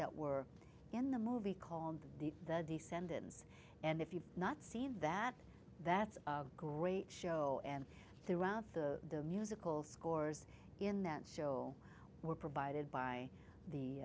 that were in the movie called the descendants and if you've not seen that that's a great show and throughout the musical scores in that show were provided by the